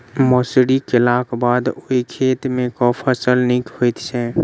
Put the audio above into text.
मसूरी केलाक बाद ओई खेत मे केँ फसल नीक होइत छै?